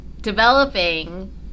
developing